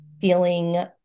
feeling